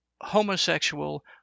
homosexual